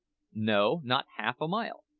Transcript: no, not half-a-mile.